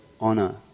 honor